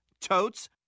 Totes